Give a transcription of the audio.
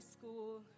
school